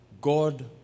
God